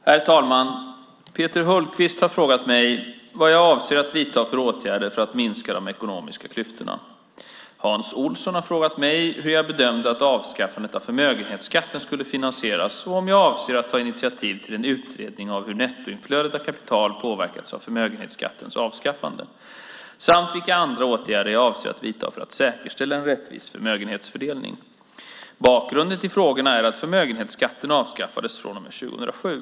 Herr talman! Peter Hultqvist har frågat mig vad jag avser att vidta för åtgärder för att minska de ekonomiska klyftorna. Hans Olsson har frågat mig hur jag bedömde att avskaffandet av förmögenhetsskatten skulle finansieras, om jag avser att ta initiativ till en utredning av hur nettoinflödet av kapital påverkats av förmögenhetsskattens avskaffande samt vilka åtgärder jag avser att vidta för att säkerställa en rättvis förmögenhetsfördelning. Bakgrunden till frågorna är att förmögenhetsskatten avskaffades från och med 2007.